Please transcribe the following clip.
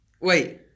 Wait